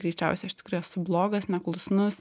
greičiausiai aš tikrai esu blogas neklusnus